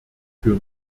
für